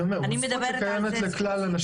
אני מדברת על זה